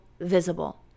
visible